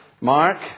Mark